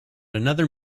another